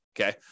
okay